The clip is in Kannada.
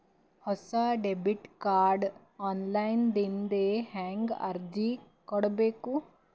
ಹೊಸ ಡೆಬಿಟ ಕಾರ್ಡ್ ಆನ್ ಲೈನ್ ದಿಂದ ಹೇಂಗ ಅರ್ಜಿ ಕೊಡಬೇಕು?